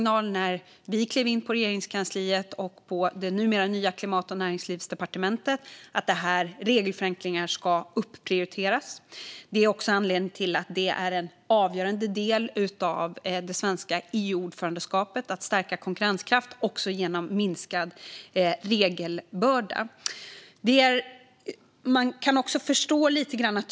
När vi klev in på Klimat och näringslivsdepartementet fick vi därför skicka en tydlig signal om att regelförenklingar ska prioriteras upp. Att stärka konkurrenskraften genom bland annat minskad regelbörda är också en avgörande del av det svenska EU-ordförandeskapet.